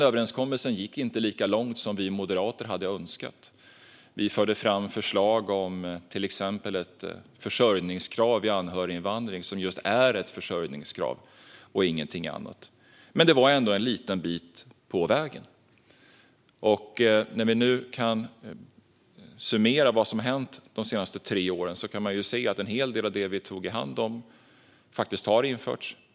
Överenskommelsen gick inte lika långt som vi moderater hade önskat. Vi förde fram förslag om till exempel ett försörjningskrav vid anhöriginvandring som just är ett försörjningskrav och ingenting annat. Men det var ändå en liten bit på vägen. När vi nu kan summera vad som hänt de senaste tre åren kan vi se att en hel del av det som vi tog i hand på faktiskt har införts.